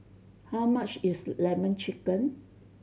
how much is Lemon Chicken